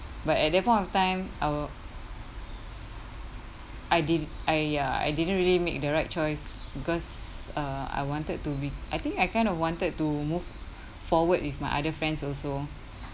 but at that point of time I wer~ I didn~ I ya I didn't really make the right choice because uh I wanted to re~ I think I kind of wanted to move forward with my other friends also